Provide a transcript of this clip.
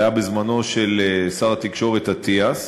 זה היה בזמנו של שר התקשורת אטיאס,